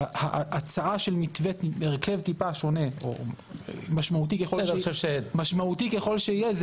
ההצעה של הרכב מעט שונה או משמעותי ככל שיהיה,